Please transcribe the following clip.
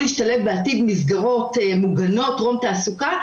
להשתלב בעתיד במסגרות מוגנות טרום תעסוקה,